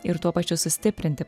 ir tuo pačiu sustiprinti